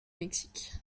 mexique